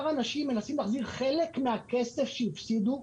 אנשים מנסים להחזיר חלק מן הכסף שהפסידו.